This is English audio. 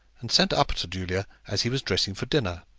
and sent up to julia as he was dressing for dinner.